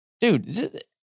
dude